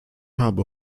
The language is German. habe